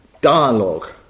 dialogue